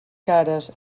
cares